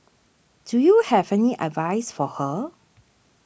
do you have any advice for her